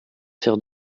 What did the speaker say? faire